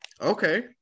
Okay